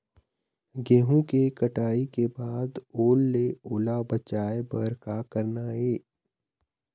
गेहूं के कटाई के बाद ओल ले ओला बचाए बर का करना ये?